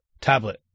Tablet